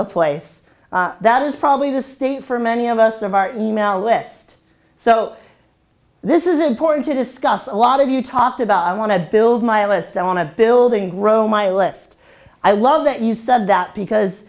the place that is probably the state for many of us of our email list so this is important to discuss a lot of you talked about i want to build my list on a building grow my list i love that you said that because